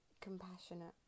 Compassionate